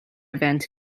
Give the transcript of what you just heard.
event